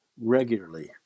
regularly